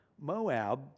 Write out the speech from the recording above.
Moab